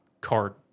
card